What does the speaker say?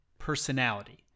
personality